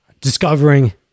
discovering